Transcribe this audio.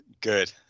Good